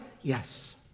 Yes